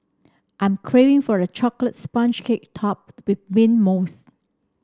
I am craving for a chocolate sponge cake topped with mint mousse